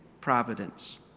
providence